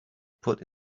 put